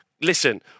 Listen